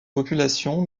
population